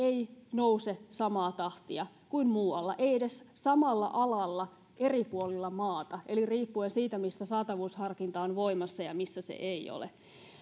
nouse samaa tahtia kuin muualla ei edes samalla alalla eri puolilla maata eli riippuen siitä missä saatavuusharkinta on voimassa ja missä se ei ole